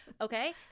Okay